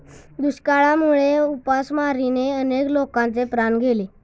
दुष्काळामुळे उपासमारीने अनेक लोकांचे प्राण गेले